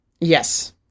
yes